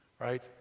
right